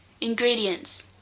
Ingredients